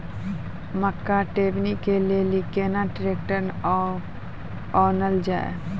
मक्का टेबनी के लेली केना ट्रैक्टर ओनल जाय?